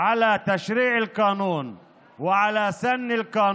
על חקיקת החוק ועד לרגע זה הם